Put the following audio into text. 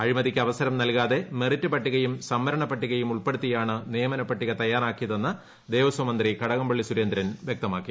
അഴീമതിക്ക് അവസരം നൽകാതെ മെറിറ്റ് പട്ടികയും സംവ്രെണ് പട്ടികയും ഉൾപ്പെടുത്തിയാണ് നിയമന പട്ടിക തയ്യാറ്റാക്കിയതെന്ന് ദേവസ്വം മന്ത്രി കടകംപള്ളി സുരേന്ദ്രൻ വൃക്തമാക്കി